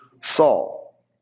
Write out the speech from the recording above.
Saul